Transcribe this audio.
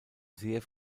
sehr